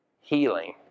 healing